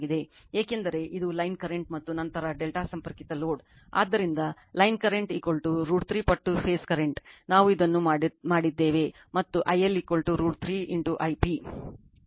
ಏಕೆಂದರೆ ಇದು line current ಮತ್ತು ನಂತರ ಅದು ∆ ಸಂಪರ್ಕಿತ ಲೋಡ್ ಆದ್ದರಿಂದ ಲೈನ್ ಕರೆಂಟ್ √3 ಪಟ್ಟು ಫೇಸ್ ಕರೆಂಟ್ ನಾವು ಇದನ್ನು ಮಾಡಿದ್ದೇವೆ ಮತ್ತು ಐಎಲ್ √ 3 I p